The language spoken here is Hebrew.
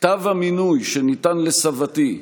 כתב המינוי שניתן לסבתי,